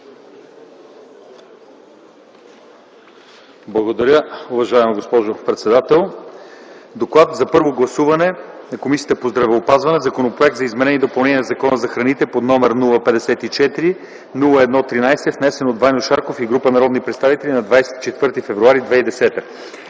Благодаря, уважаема госпожо председател. „ДОКЛАД за първо гласуване на Комисията по здравеопазването относно Законопроект за изменение и допълнение на Закона за храните, № 054-01-13, внесен от Ваньо Шарков и група народни представители на 24 февруари 2010 г.